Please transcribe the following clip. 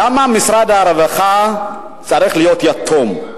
למה משרד הרווחה צריך להיות יתום?